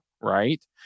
right